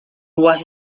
was